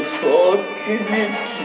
fortunate